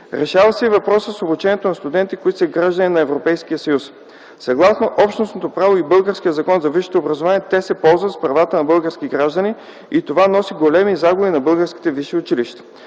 Решава се и въпросът с обучението на студенти, които са граждани на Европейския съюз. Съгласно общностното право и българския Закон за висшето образование те се ползват с правата на български граждани и това носи големи загуби на българските висши училища.